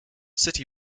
city